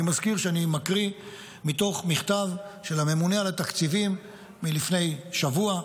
אני מזכיר שאני מקריא מתוך מכתב של הממונה על התקציבים מלפני שבוע,